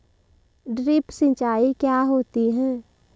Drip सिंचाई क्या होती हैं?